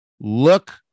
look